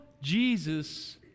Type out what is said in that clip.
Jesus